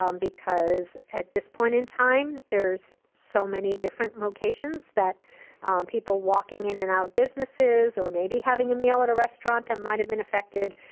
um because at this point in time, there's so many different locations that people walking in and out of businesses, or maybe having a meal at a restaurant that might have been affected.